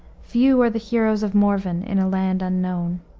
few are the heroes of morven in a land unknown.